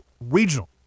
regional